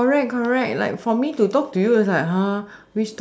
correct correct like for me to talk to you it's like !huh!